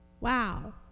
Wow